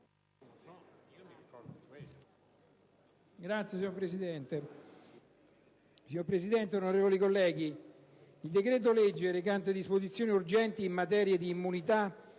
finestra") *(IdV)*. Signora Presidente, onorevoli colleghi, il decreto legge recante disposizioni urgenti in materia di immunità